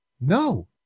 No